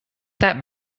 that